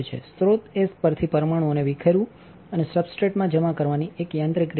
સ્ત્રોત એ સ્ત્રોતથીપરમાણુઓને વિખેરવુંઅને સબસ્ટ્રેટમાં જમાકરવાની એક યાંત્રિક રીત છે